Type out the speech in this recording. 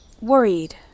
worried